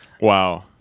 Wow